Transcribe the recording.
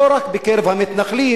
ולא רק בקרב המתנחלים,